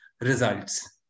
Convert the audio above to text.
results